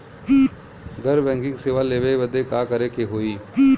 घर बैकिंग सेवा लेवे बदे का करे के होई?